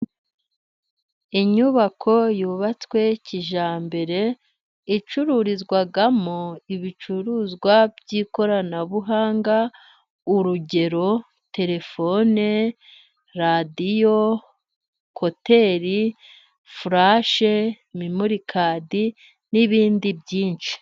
Inyubako yubatswe kijyambere icururizwamo ibicuruzwa by'ikoranabuhanga, urugero: telefone, radiyo, ekuteri, fulashe, memorikadi n'ibindi byinshi.